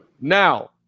Now